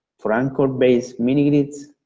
for anchor-based mini-grids,